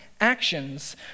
actions